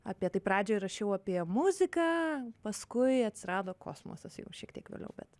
apie tai pradžioj rašiau apie muziką paskui atsirado kosmosas jau šiek tiek vėliau bet